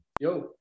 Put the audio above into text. Yo